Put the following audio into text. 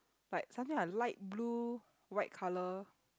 like something like light blue white colour